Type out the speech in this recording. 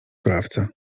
kulawca